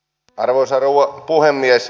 arvoisa rouva puhemies